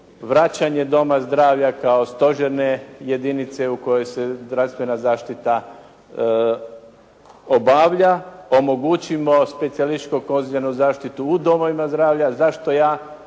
vraćanje doma zdravlja kao stožerne jedinice u kojoj se zdravstvena zaštita obavlja. Omogućimo specijalističko-konzularnu zaštitu u domovima zdravlja. Zašto ja